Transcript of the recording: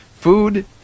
food